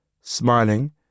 smiling